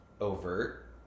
overt